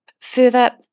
Further